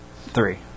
three